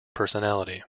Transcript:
personality